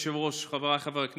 אדוני היושב-ראש, חבריי חברי הכנסת,